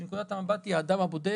כשנקודת המבט היא האדם הבודד,